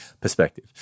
perspective